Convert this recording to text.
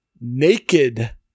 Naked